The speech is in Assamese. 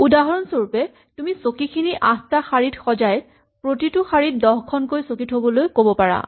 উদাহৰণস্বৰূপে তুমি চকীখিনি আঠটা শাৰীত সজাই প্ৰতিটো শাৰীত দহখনকৈ চকী থ'বলৈ ক'ব পাৰা